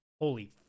holy